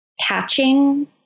catching